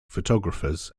photographers